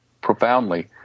profoundly